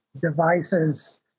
devices